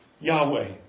Yahweh